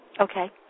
Okay